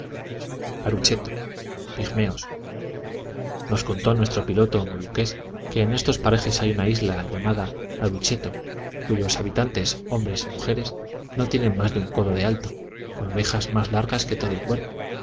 arucheto pigmeos nos contó nuestro piloto moluqués que en estos parajes hay una isla llamada arucheto cuyos habitantes hombres y mujeres no tienen más de un codo de alto y con orejas más largas que todo el cuerpo